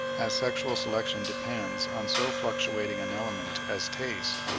as sexual selection depends on so fluctuating an element as taste,